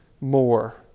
more